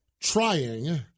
Trying